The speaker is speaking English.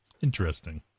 Interesting